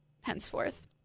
henceforth